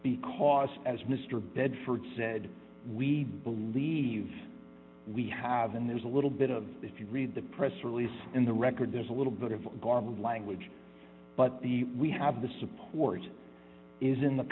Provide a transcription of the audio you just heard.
because as mr bedford said we believe we have and there's a little bit of if you read the press release in the record there's a little bit of garbled language but we have the support is in the